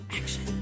action